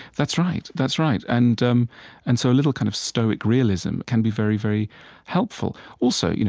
that's right, that's right. and um and so a little kind of stoic realism can be very, very helpful. also, you know